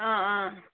অঁ অঁ